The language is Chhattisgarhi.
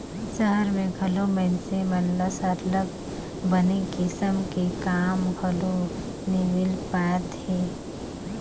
सहर में घलो मइनसे मन ल सरलग बने किसम के काम घलो नी मिल पाएत हे